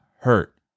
hurt